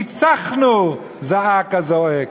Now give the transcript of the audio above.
ניצחנו, זעק הזועק.